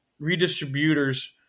redistributors